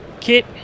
kit